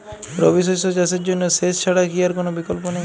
রবি শস্য চাষের জন্য সেচ ছাড়া কি আর কোন বিকল্প নেই?